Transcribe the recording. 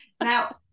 Now